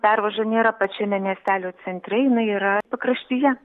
pervaža nėra pačiame miestelio centre jinai yra pakraštyje